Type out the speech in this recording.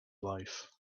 life